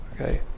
okay